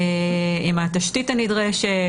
עם התשתית הנדרשת,